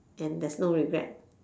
and there's no regret